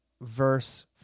verse